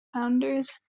founders